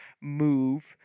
move